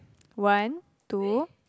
one two